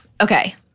Okay